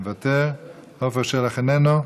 מוותר, עפר שלח, איננו,